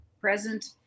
present